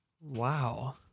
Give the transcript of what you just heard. Wow